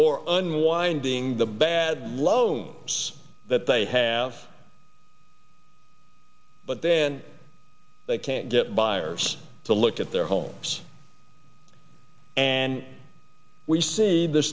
or unwinding the bad loans that they have but then they can't get buyers to look at their homes and we see the